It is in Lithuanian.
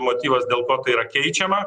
motyvas dėl ko tai yra keičiama